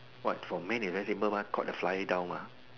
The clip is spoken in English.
what for man it's very simple one caught a fly down mah